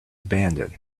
abandoned